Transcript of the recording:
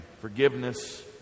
forgiveness